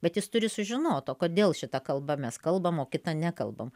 bet jis turi sužinot o kodėl šita kalba mes kalbam o kita nekalbam